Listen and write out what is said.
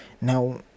Now